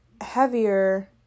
heavier